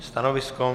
Stanovisko?